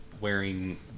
wearing